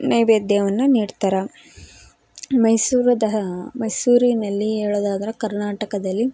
ನೈವೇದ್ಯವನ್ನು ನೀಡ್ತಾರೆ ಮೈಸೂರು ದ ಮೈಸೂರಿನಲ್ಲಿ ಹೇಳೋದಾದ್ರ ಕರ್ನಾಟಕದಲ್ಲಿ